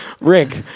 Rick